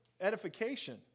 edification